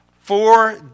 four